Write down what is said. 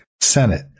Senate